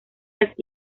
las